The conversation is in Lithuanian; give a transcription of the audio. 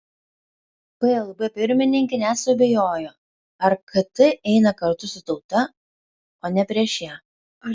plb pirmininkė net suabejojo ar kt eina kartu su tauta o ne prieš ją